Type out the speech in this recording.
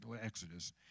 Exodus